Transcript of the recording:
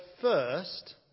first